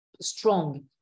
strong